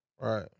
Right